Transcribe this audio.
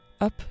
Up